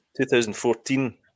2014